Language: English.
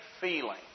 feeling